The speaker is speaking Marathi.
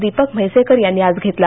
दीपक म्हैसेकर यांनी आज घेतला